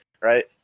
right